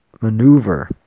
maneuver